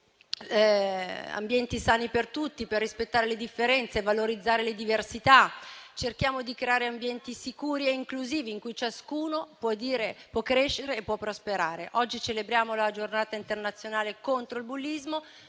ambienti sani per tutti, per rispettare le differenze e valorizzare le diversità. Cerchiamo di creare ambienti sicuri e inclusivi, in cui ciascuno può crescere e può prosperare. Oggi celebriamo la Giornata internazionale contro il bullismo,